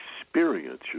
experience